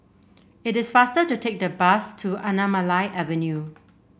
it is faster to take the bus to Anamalai Avenue